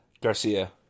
Garcia